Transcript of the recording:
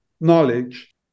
knowledge